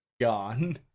gone